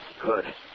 good